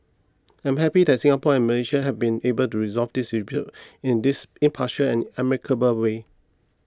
I am happy that Singapore and Malaysia have been able to resolve this dispute in this impartial and amicable way